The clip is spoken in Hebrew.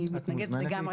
אני מתנגדת לגמרי.